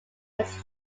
his